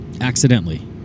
accidentally